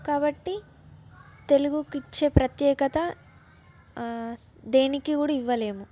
కాబట్టి తెలుగుకి ఇచ్చే ప్రత్యేకత దేనికి కూడా ఇవ్వలేము